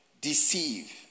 deceive